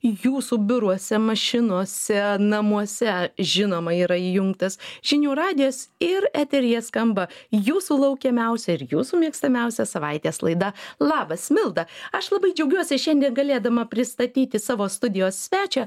jūsų biuruose mašinose namuose žinoma yra įjungtas žinių radijas ir eteryje skamba jūsų laukiamiausia ir jūsų mėgstamiausia savaitės laida labas milda aš labai džiaugiuosi šiandien galėdama pristatyti savo studijos svečią